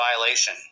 violation